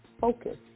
focus